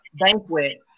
banquet